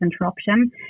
interruption